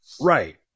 Right